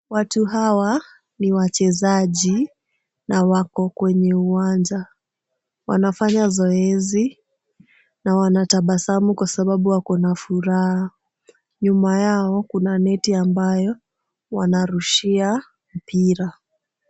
Watu hawa ni wachezaji na wako kwenye uwanja. Wanafanya zoezi na wanatabasamu kwa sababu wakona furaha. Nyuma yao kuna neti ambayo wanarushia mpira.